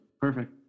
perfect